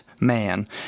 Man